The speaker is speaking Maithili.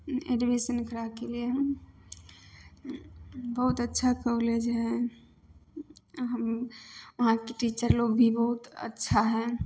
एडमिशन कराके लिए बहुत अच्छा कॉलेज हइ उहाँके टीचर लोग भी बहुत अच्छा हइ